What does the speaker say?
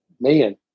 man